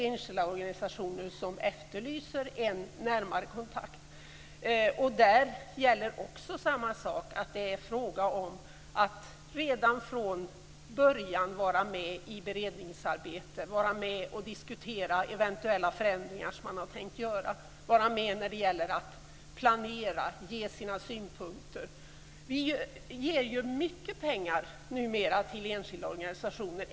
Enskilda organisationer efterlyser en närmare kontakt. Där gäller samma sak, dvs. att det är fråga om att redan från början vara med i beredningsarbetet, i diskussioner om eventuella förändringar och i planeringen. De enskilda organisationerna måste få ge sina synpunkter. Numera ges mycket pengar till enskilda organisationer.